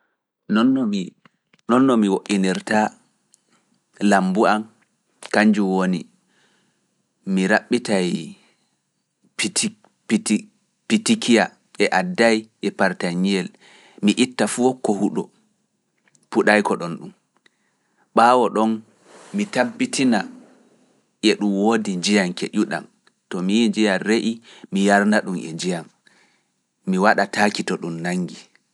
Non no mi woɗɗinirta lambu an, kanjum woni, mi raɓɓitay pitikiya e adday e parta ñiyel. Mi itta fuu ko huɗo puɗay ko ɗon ɗum, ɓaawo ɗon mi tabbitina e ɗum woodi njiyam keƴuɗam, to mi njiyam re'i mi yarana ɗum e njiyam, mi waɗa taaki to ɗum nangi.